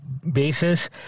basis